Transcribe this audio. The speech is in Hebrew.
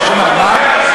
לא שומע, מה?